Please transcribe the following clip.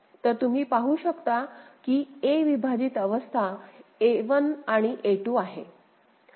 तर तुम्ही पाहु शकता की a विभाजित अवस्था a1 आणि a2 आहे